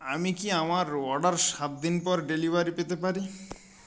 আমি কি আমার অর্ডার সাত দিন পর ডেলিভারি পেতে পারি